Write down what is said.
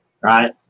right